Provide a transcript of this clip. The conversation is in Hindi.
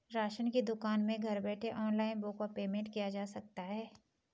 राशन की दुकान में घर बैठे ऑनलाइन बुक व पेमेंट किया जा सकता है?